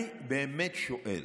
אני באמת שואל